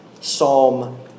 Psalm